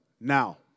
Now